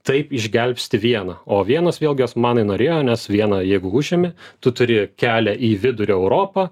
taip išgelbsti vieną o vienos vėlgi osmanai norėjo nes vieną jeigu užimi tu turi kelią į vidurio europą